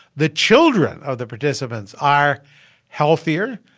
the children of the participants are healthier.